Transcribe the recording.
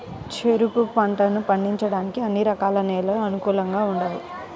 చెరుకు పంటను పండించడానికి అన్ని రకాల నేలలు అనుకూలంగా ఉండవు